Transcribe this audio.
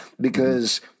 because-